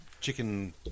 Chicken